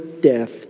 death